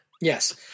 Yes